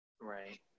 Right